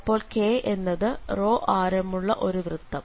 അപ്പോൾ K എന്നത് ആരമുള്ള ഒരു വൃത്തം